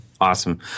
awesome